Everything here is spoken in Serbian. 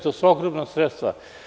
To su ogromna sredstva.